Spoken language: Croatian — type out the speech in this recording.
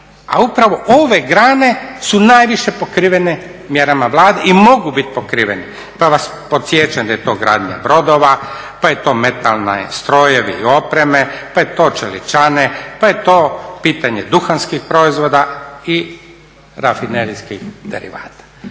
a upravo ove grane su najviše pokrivene mjerama Vlade i mogu biti pokrivene pa vas podsjećam da je to gradnja brodova, pa je to metalni strojevi i opreme, pa je to čeličane, pa je to pitanje duhanskih proizvoda i rafinerijskih derivata.